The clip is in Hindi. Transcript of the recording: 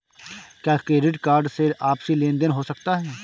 क्या क्रेडिट कार्ड से आपसी लेनदेन हो सकता है?